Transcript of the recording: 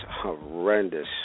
horrendous